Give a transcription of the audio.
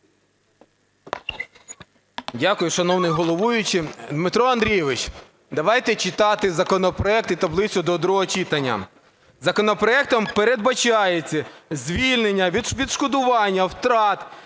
Дякую, шановний головуючий. Дмитро Андрійович, давайте читати законопроект і таблицю до другого читання. Законопроектом передбачається звільнення від відшкодування втрат